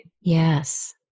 Yes